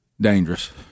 Dangerous